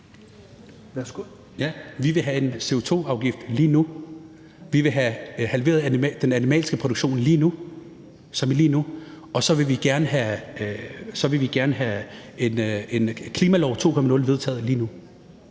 vi vil have en CO2-afgift lige nu, vi vil have halveret den animalske produktion lige nu – som i lige nu – og så vil vi gerne have en klimalov 2.0 vedtaget lige nu.